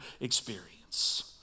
experience